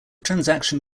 transaction